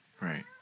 Right